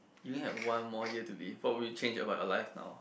you only had one more year to live what for would you change about your life now